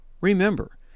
Remember